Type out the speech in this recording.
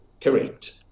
correct